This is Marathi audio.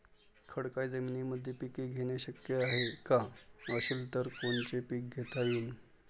खडकाळ जमीनीमंदी पिके घेणे शक्य हाये का? असेल तर कोनचे पीक घेता येईन?